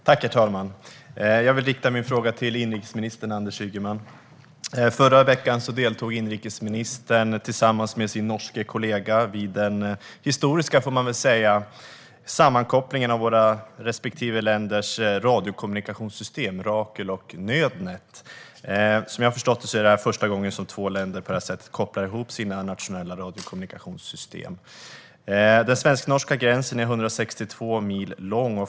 Herr talman! Jag vill rikta min fråga till inrikesminister Anders Ygeman. Förra veckan deltog inrikesministern tillsammans med sin norska kollega vid den historiska - det får man väl säga - sammankopplingen av våra länders respektive radiokommunikationssystem Rakel och Nødnett. Som jag har förstått det är det första gången två länder på det här sättet kopplar ihop sina nationella radiokommunikationssystem. Den svensk-norska gränsen är 162 mil lång.